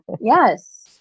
Yes